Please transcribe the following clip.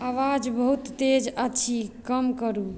आवाज बहुत तेज अछि कम करू